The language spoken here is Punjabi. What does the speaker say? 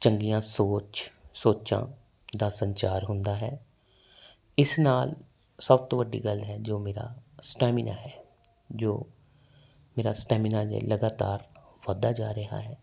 ਚੰਗੀਆਂ ਸੋਚ ਸੋਚਾਂ ਦਾ ਸੰਚਾਰ ਹੁੰਦਾ ਹੈ ਇਸ ਨਾਲ ਸਭ ਤੋਂ ਵੱਡੀ ਗੱਲ ਹੈ ਜੋ ਮੇਰਾ ਸਟੈਮਿਨਾ ਹੈ ਜੋ ਮੇਰਾ ਸਟੈਮਿਨਾ ਲਗਾਤਾਰ ਵਧਦਾ ਜਾ ਰਿਹਾ ਹੈ